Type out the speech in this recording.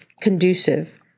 conducive